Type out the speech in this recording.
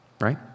Right